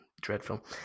dreadful